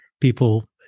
people